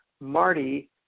Marty